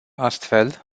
astfel